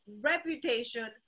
reputation